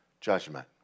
judgment